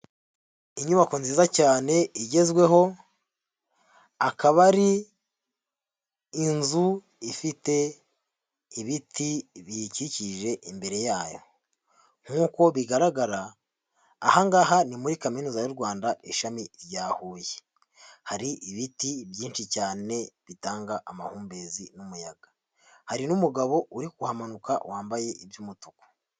Inyubako nziza cyane igezweho, akaba ari inzu ifite ibiti biyikikije imbere yayo nk'uko bigaragara aha ngaha ni muri Kaminuza y'u Rwanda ishami rya Huye, hari ibiti byinshi cyane bitanga amahumbezi n'umuyaga, hari n'umugabo uri kuhamanuka wambaye iby'umutuku.